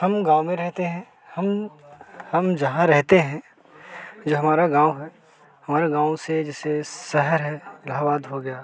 हम गाँव में रहते हैं हम हम जहाँ रहते हैं ये हमारा गाँव है हमारा गाँव से जैसे शहर है इलाहाबाद हो गया